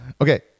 Okay